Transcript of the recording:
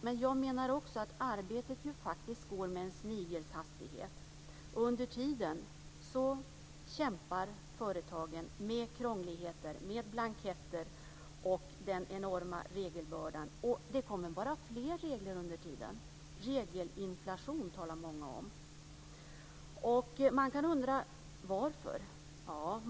Men jag menar också att arbetet ju faktiskt går med en snigels hastighet. Under tiden kämpar företagen med krångligheter, med blanketter och med den enorma regelbördan. Och det kommer att vara fler regler under tiden. Många talar om regelinflation. Man kan undra varför.